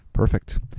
Perfect